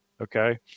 Okay